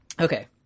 Okay